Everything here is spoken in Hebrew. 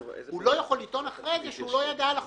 הוא לא יכול לטעון שהוא לא ידע על החוב.